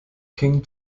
king